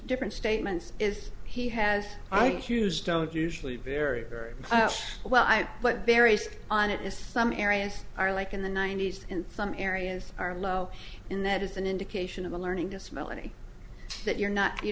different statements is he has i q's don't usually very very well i but very sick on it as some areas are like in the ninety's in some areas are low in that is an indication of a learning disability that you're not you